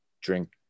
drink